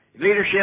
Leadership